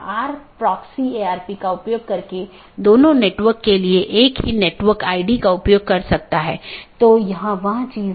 यदि तय अवधी के पूरे समय में सहकर्मी से कोई संदेश प्राप्त नहीं होता है तो मूल राउटर इसे त्रुटि मान लेता है